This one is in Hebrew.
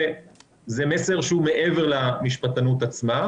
זה מסר שהוא מעבר למשפטנות עצמה,